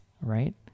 right